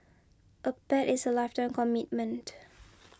a pet is a lifetime commitment